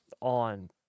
on